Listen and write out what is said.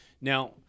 Now